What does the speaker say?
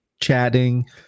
chatting